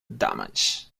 damage